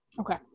okay